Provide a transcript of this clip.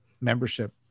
membership